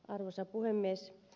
arvoisa puhemies